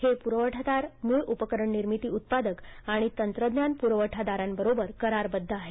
हे पुरवठादार मूळ उपकरण निर्मिती उत्पादक आणि तंत्रज्ञान पुरवठादारांबरोबर करारबध्द आहेत